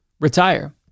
retire